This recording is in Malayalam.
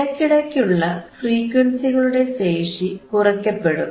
ഇവയ്ക്ക്കിടയിലുള്ള ഫ്രീക്വൻസികളുടെ ശേഷി കുറയ്ക്കപ്പെടും